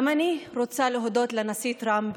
גם אני רוצה להודות לנשיא טרמפ.